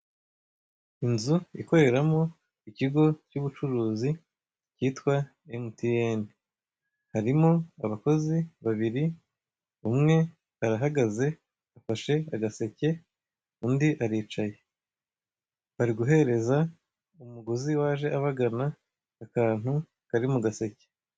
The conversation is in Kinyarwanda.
Inzu ikoreramo ikigo cy'ubucuruzi kwita MTN, harimo abakozi babiri umwe arahagaze afashe agaseke afashe agaseke undi aricaye, bariguhereza umuguzi waje abagana akantu kari mu gaseke.